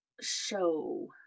Show